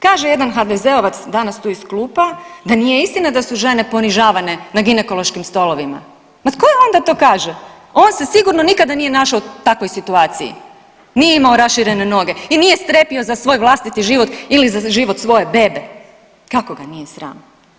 Kaže jedan HDZ-ovac danas tu iz klupa da nije istina da su žene ponižavane na ginekološkim stolovima, ma tko je on da to kaže, on se sigurno nikada nije našao u takvoj situaciji, nije imao raširene noge i nije strepio za svoj vlastiti život ili za život svoje bebe, kako ga nije sram.